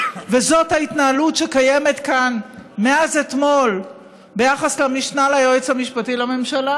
זו ההתנהלות שקיימת כאן מאז אתמול ביחס למשנה ליועץ המשפטי לממשלה